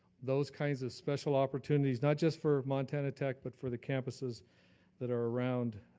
those kinds of special opportunities, not just for montana tech but for the campuses that are around